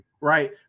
right